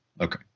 Okay